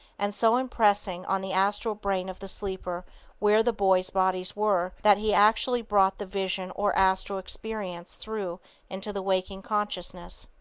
and so impressing on the astral brain of the sleeper where the boy's bodies were, that he actually brought the vision or astral experience through into the waking consciousness.